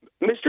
Mr